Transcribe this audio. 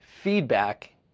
Feedback